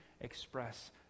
express